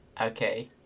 Okay